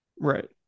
Right